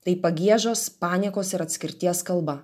tai pagiežos paniekos ir atskirties kalba